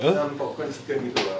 macam popcorn chicken gitu ah